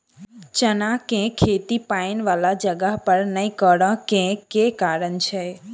चना केँ खेती पानि वला जगह पर नै करऽ केँ के कारण छै?